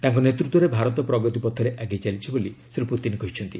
ତାଙ୍କ ନେତୃତ୍ୱରେ ଭାରତ ପ୍ରଗତିପଥରେ ଆଗେଇ ଚାଲିଛି ବୋଲି ଶ୍ରୀ ପୁତିନ୍ କହିଛନ୍ତି